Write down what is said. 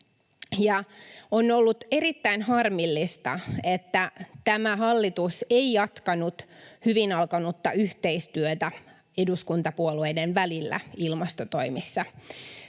on ollut erittäin harmillista, että tämä hallitus ei jatkanut hyvin alkanutta eduskuntapuolueiden välistä yhteistyötä ilmastotoimissa.